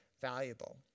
valuable